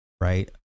right